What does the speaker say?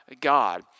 God